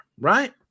right